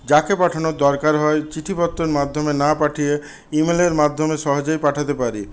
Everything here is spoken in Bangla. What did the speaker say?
যাকে পাঠানোর দরকার হয় চিঠিপত্রর মাধ্যমে না পাঠিয়ে ইমেলের মাধ্যমে সহজেই পাঠাতে পারি